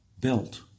built